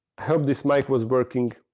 hope this mic was working